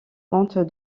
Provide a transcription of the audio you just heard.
compte